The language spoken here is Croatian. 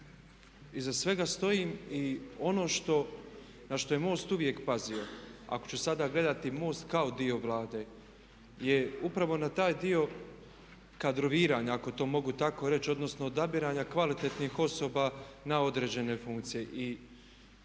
iza svega stojim i ono na što je MOST uvijek pazio ako ću sada gledati MOST kao dio Vlade, je upravo na taj dio kadroviranja ako to mogu tako reći, odnosno odabiranja kvalitetnih osoba na određene funkcije i mogu